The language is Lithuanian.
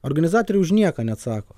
organizatoriai už nieką neatsako